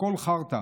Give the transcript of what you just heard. הכול חרטא.